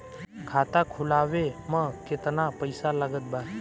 खाता खुलावे म केतना पईसा लागत बा?